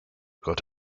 gott